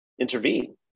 intervene